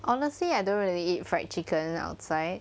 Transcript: honestly I don't really eat fried chicken outside